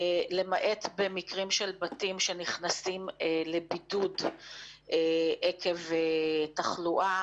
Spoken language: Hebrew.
למעט במקרים של בתים שנכנסים לבידוד עקב תחלואה,